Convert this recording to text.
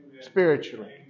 Spiritually